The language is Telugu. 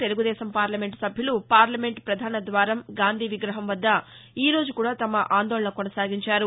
తెలుగుదేశం పార్లమెంట్ సభ్యులు పార్లమెంట్ ప్రధాన ద్వారం గాంధీ విగ్రహం వద్ద ఈ రోజు కూడా తమ ఆందోళన కొనసాగించారు